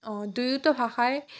দুয়োটা ভাষাই